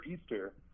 Easter